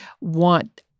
want